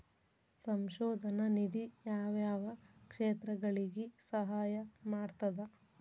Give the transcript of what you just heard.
ಸಂಶೋಧನಾ ನಿಧಿ ಯಾವ್ಯಾವ ಕ್ಷೇತ್ರಗಳಿಗಿ ಸಹಾಯ ಮಾಡ್ತದ